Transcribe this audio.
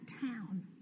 town